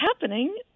happening